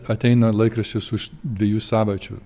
ateina laikraštis už dviejų savaičių